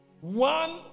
one